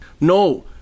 No